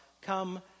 come